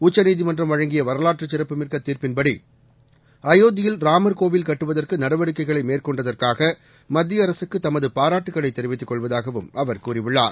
உச்சநீதிமன்றம் வழங்கிய வரலாற்றுச் சிறப்புமிக்க தீர்ப்பின்படி அயோத்தியில் ராமர் கோவில் கட்டுவதற்கு நடவடிக்கைகளை மேற்கொண்டதற்காக மத்திய அரசுக்கு தமது பாராட்டுகளை தெரிவித்துக் கொள்வதாகவும் அவர் கூறியுள்ளார்